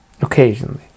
occasionally